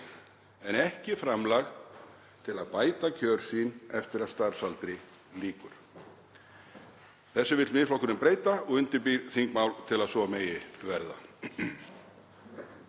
en ekki framlag til að bæta kjör sín eftir að starfsaldri lýkur. Þessu vill Miðflokkurinn breyta og undirbýr þingmál til að svo megi verða.